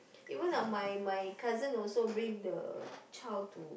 even uh my my cousin also bring the child to